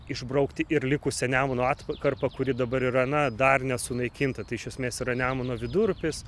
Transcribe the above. išbraukti ir likusią nemuno atkarpą kuri dabar yra na dar nesunaikinta tai iš esmės yra nemuno vidurupis